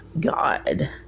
God